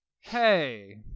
Hey